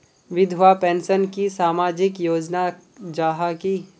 विधवा पेंशन की सामाजिक योजना जाहा की?